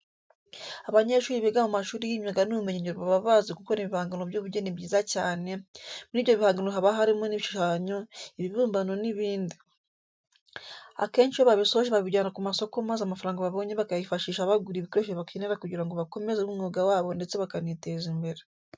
Abanyeshuri biga mu mashuri y'imyuga n'ubumenyingiro baba bazi gukora ibihangano by'ubugeni byiza cyane, muri ibyo bihangano haba harimo ibishushanyo, ibibumbano n'ibindi. Akenshi iyo babisoje babijyana ku masoko maze amafaranga babonye bakayifashisha bagura ibikoresho bakenera kugira ngo bakomeze umwuga wabo ndetse bakaniteza imbere.